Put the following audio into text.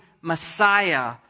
Messiah